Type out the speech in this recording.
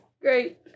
great